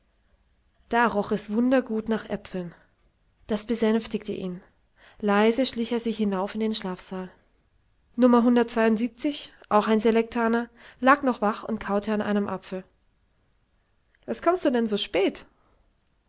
da roch es wundergut nach äpfeln das besänftigte ihn leise schlich er sich hinauf in den schlafsaal nr auch ein selektaner lag noch wach und kaute an einem apfel was kommst du denn so späte